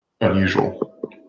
unusual